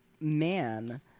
man